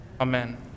amen